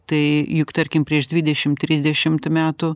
tai juk tarkim prieš dvidešim trisdešimt metų